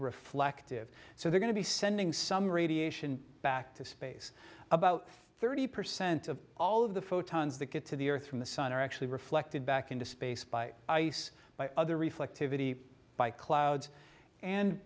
reflective so they're going to be sending some radiation back to space about thirty percent of all of the photons that get to the earth from the sun are actually reflected back into space by ice by other reflectivity by clouds and